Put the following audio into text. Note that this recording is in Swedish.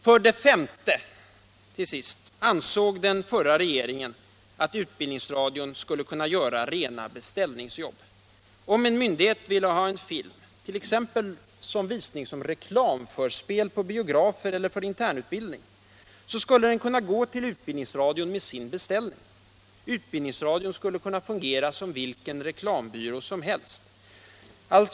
För det femte och slutligeh ansåg den förra regeringen att utbildningsradion skulle kunna göra rena beställningsjobb. Om en myndighet ville ha en film — t.ex. för visning som reklamförspel på biografer eller för internutbildning — skulle den kunna gå till utbildningsradion med sin beställning. Utbildningsradion skulle fungera som vilken reklambyrå som helst.